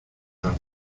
las